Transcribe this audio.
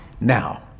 now